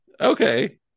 Okay